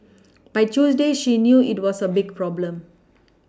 by Tuesday she knew it was a big problem